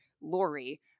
Lori